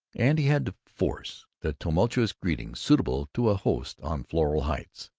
and he had to force the tumultuous greetings suitable to a host on floral heights.